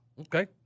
Okay